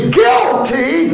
guilty